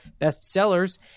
bestsellers